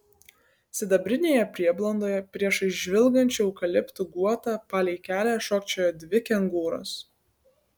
sidabrinėje prieblandoje priešais žvilgančių eukaliptų guotą palei kelią šokčiojo dvi kengūros